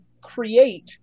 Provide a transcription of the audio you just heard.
create